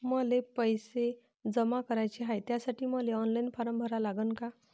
मले पैसे जमा कराच हाय, त्यासाठी मले ऑनलाईन फारम भरा लागन का?